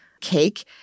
cake